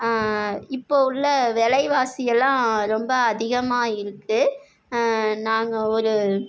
இப்போ உள்ள விலைவாசி எல்லாம் ரொம்ப அதிகமாக இருக்குது நாங்கள் ஒரு